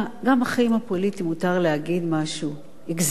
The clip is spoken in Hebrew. גם בחיים הפוליטיים מותר להגיד משהו,